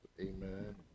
amen